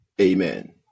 Amen